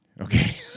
Okay